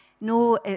No